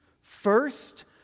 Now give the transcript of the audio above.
First